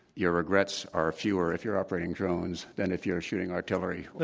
your regrets are fewer if you're operating drones than if you're shooting artillery but